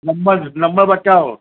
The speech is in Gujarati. નબર નંબર બતાવો